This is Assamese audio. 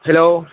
হেল্ল'